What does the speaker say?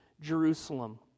Jerusalem